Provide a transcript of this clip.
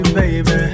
baby